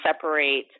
separate